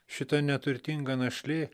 šita neturtinga našlė